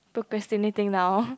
procrastinating now